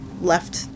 left